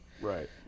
Right